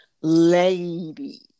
lady